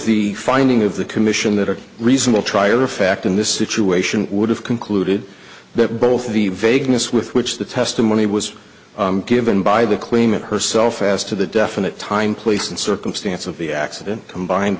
the finding of the commission that a reasonable trier of fact in this situation would have concluded that both the vagueness with which the testimony was given by the claimant herself as to the definite time place and circumstance of the accident combined